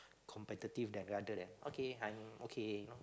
competitive than rather than okay I'm okay you know